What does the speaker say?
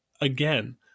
again